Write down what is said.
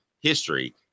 history